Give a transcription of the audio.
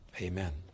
amen